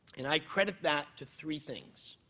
and i credit that to three things.